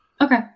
Okay